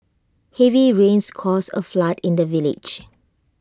heavy rains caused A flood in the village